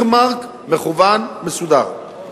earmark מכוון, מסודר.